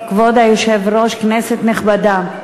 כבוד היושב-ראש, כנסת נכבדה,